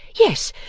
yes,